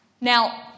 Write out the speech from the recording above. Now